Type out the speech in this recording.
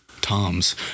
toms